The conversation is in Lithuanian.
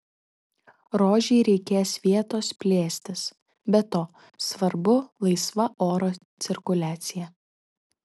rožei reikės vietos plėstis be to svarbu laisva oro cirkuliacija